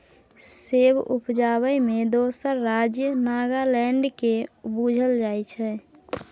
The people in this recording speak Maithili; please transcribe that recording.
सेब उपजाबै मे दोसर राज्य नागालैंड केँ बुझल जाइ छै